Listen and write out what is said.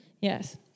yes